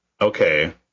okay